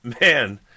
man